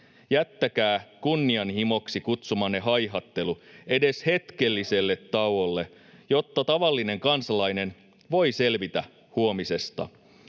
Jättäkää kunnianhimoksi kutsumanne haihattelu edes hetkelliselle tauolle, jotta tavallinen kansalainen voi selvitä huomisesta.